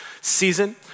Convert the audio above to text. season